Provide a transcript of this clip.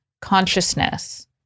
consciousness